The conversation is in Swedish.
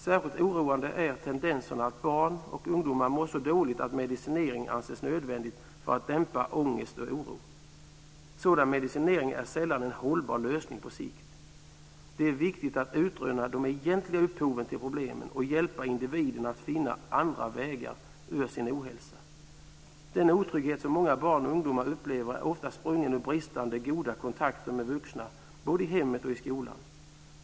Särskilt oroande är tendenserna att barn och ungdomar mår så dåligt att medicinering anses nödvändig för att dämpa ångest och oro. Sådan medicinering är sällan en hållbar lösning på sikt. Det är viktigt att utröna de egentliga upphoven till problemen och hjälpa individen att finna andra vägar ur sin ohälsa. Den otrygghet som många barn och ungdomar upplever är ofta sprungen ur bristande goda kontakter med vuxna, både i hemmet och i skolan.